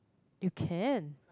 you can